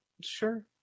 Sure